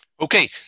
Okay